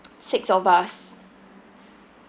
six of us